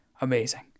Amazing